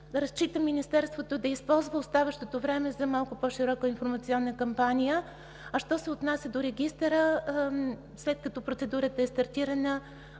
Разчитам Министерството да използва оставащото време за малко по-широка информационна кампания. Що се отнася до регистъра, след като процедурата е стартирана,